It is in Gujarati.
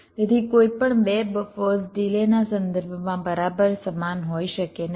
તેથી કોઈ પણ 2 બફર્સ ડિલેના સંદર્ભમાં બરાબર સમાન હોઈ શકે નહીં